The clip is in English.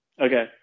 Okay